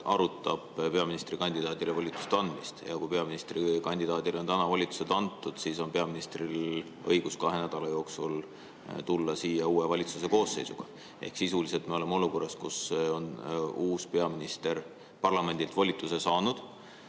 arutab peaministrikandidaadile volituste andmist, ja kui peaministrikandidaadile on täna volitused antud, siis on peaministril õigus kahe nädala jooksul tulla siia uue valitsuse koosseisuga? Ehk sisuliselt me oleme olukorras, kus uus peaminister on parlamendilt volituse saanud,